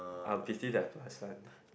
I'll pity that person